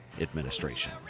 administration